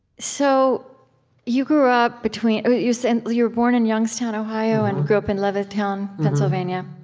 so you grew up between you said you were born in youngstown, ohio, and grew up in levittown, pennsylvania,